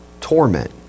torment